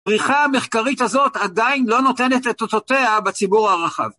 פריחה מחקרית כזאת עדיין לא נותנת את אותותיה בציבור הרחב.